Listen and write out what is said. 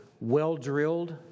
well-drilled